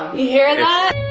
you hear that?